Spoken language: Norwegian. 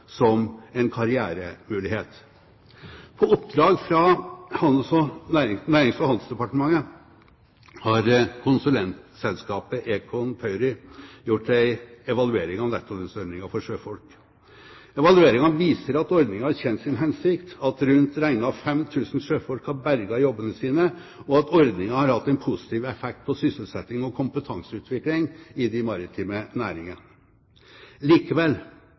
som en karrieremulighet. På oppdrag fra Nærings- og handelsdepartementet har konsulentselskapet Econ Pöyry gjort en evaluering av nettolønnsordningen for sjøfolk. Evalueringen viser at ordningen har tjent sin hensikt, at rundt regnet 5 000 sjøfolk har berget jobbene sine, og at ordningen har hatt en positiv effekt på sysselsetting og kompetanseutvikling i den maritime næringen. Likevel